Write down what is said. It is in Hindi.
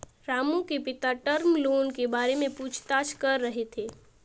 रामू के पिता टर्म लोन के बारे में पूछताछ कर रहे थे